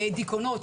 דיכאונות,